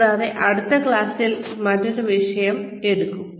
കൂടാതെ അടുത്ത ക്ലാസിൽ മറ്റൊരു വിഷയം എടുക്കും